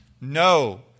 No